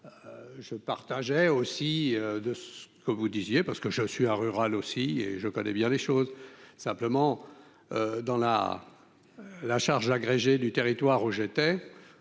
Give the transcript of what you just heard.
je partageais aussi de que vous disiez parce que je suis à rural aussi et je connais bien les choses simplement, dans la la charge agrégé du territoire où j'étais